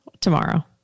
Tomorrow